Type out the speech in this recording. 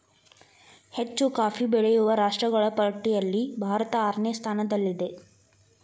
ಹೆಚ್ಚು ಕಾಫಿ ಬೆಳೆಯುವ ರಾಷ್ಟ್ರಗಳ ಪಟ್ಟಿಯಲ್ಲಿ ಭಾರತ ಆರನೇ ಸ್ಥಾನದಲ್ಲಿದೆ